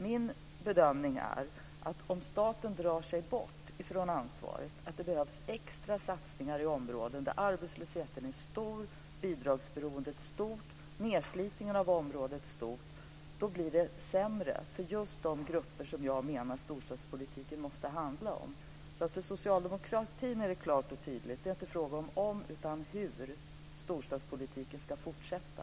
Min bedömning är att om staten drar sig bort från ansvaret, att det behövs extra satsningar i områden där arbetslösheten är stor, bidragsberoendet stort och nedslitningen av området stor, blir det sämre för just de grupper som jag menar att storstadspolitiken måste handla om. För socialdemokratin är det klart och tydligt - det är inte fråga om om utan hur storstadspolitiken ska fortsätta.